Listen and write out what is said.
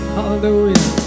Hallelujah